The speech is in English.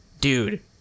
dude